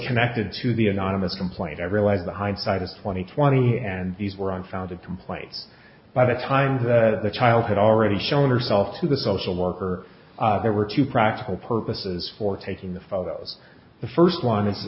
connected to the anonymous complaint i realized the hindsight is twenty twentieth's and these were unfounded complaints by the time that the child had already shown herself to the social worker there were two practical purposes for taking the photos the first one